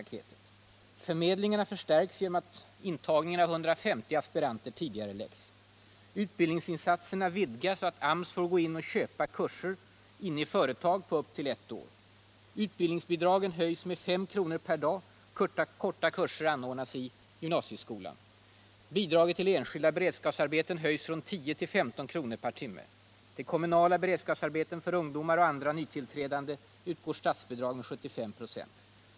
Arbetsförmedlingarna förstärks genom att intagningen av 150 aspiranter tidigareläggs. Utbildningsinsatserna vidgas så att AMS får gå in i företag och köpa kurser på upp till ett år, utbildningsbidragen höjs med 5 kr. per dag, och korta kurser anordnas i gymnasieskolan. Bidraget till enskilda beredskapsarbeten höjs från 10 till 15 kr. per timme. Till kommunala beredskapsarbeten för ungdomar och andra nytillträdande utgår statsbidrag med 75 ?6.